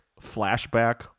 flashback